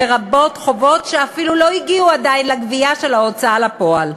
לרבות חובות שאפילו לא הגיעו עדיין לגבייה של ההוצאה לפועל.